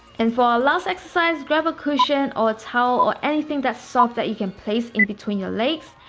and for our last exercise grab a cushion or a towel or anything that's soft that you can place in between your legs,